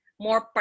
more